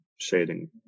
Shading